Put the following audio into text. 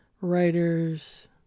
writers